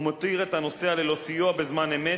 ומותיר את הנוסע ללא סיוע בזמן אמת